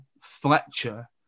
Fletcher